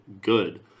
good